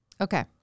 Okay